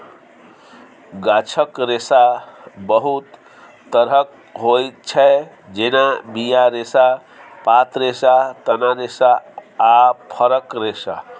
गाछक रेशा बहुत तरहक होइ छै जेना बीया रेशा, पात रेशा, तना रेशा आ फरक रेशा